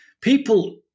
People